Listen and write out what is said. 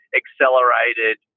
accelerated